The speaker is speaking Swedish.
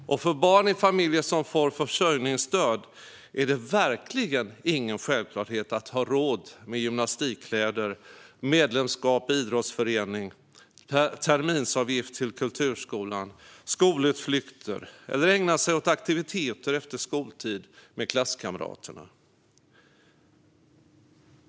För barn i familjer som får försörjningsstöd är det verkligen ingen självklarhet att ha råd med gymnastikkläder, medlemskap i idrottsförening, terminsavgift till kulturskolan, skolutflykter eller att ägna sig åt aktiviteter efter skoltid med klasskamraterna.